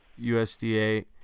USDA